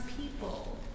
people